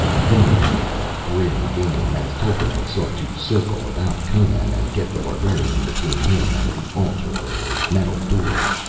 then began a grim game, as tolkemec sought to circle about conan and get the barbarian between him and the altar or a metal door,